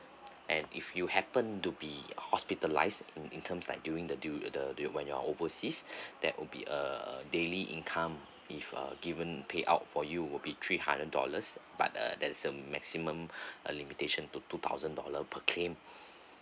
and if you happen to be hospitalized in in terms like during the dur~ the during your overseas that would be a a daily income if uh given pay out for you would be three hundred dollars but uh that's uh maximum uh limitation to two thousand dollar per claim